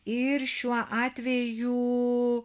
ir šiuo atveju